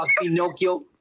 Pinocchio